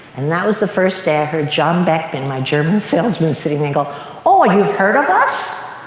and that was the first day i heard john beckmann, my german salesman, sitting there go, oh, you've heard of us?